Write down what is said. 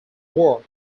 work